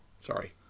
Sorry